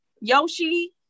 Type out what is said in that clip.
Yoshi